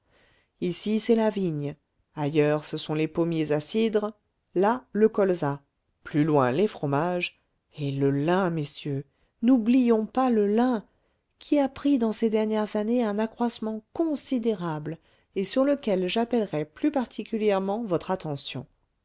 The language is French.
ici c'est la vigne ailleurs ce sont les pommiers à cidre là le colza plus loin les fromages et le lin messieurs n'oublions pas le lin qui a pris dans ces dernières années un accroissement considérable et sur lequel j'appellerai plus particulièrement votre attention